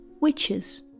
witches